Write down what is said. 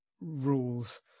rules